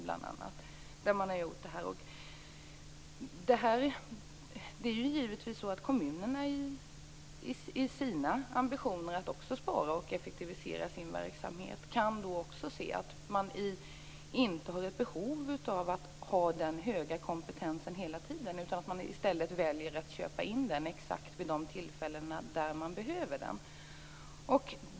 Kommunerna kan givetvis i sina ambitioner att spara och effektivisera sin verksamhet finna att de inte hela tiden har ett behov av hög kompetens, och de kan då i stället välja att köpa in sådan exakt vid de tillfällen när de behöver den.